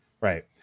right